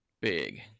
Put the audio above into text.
Big